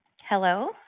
Hello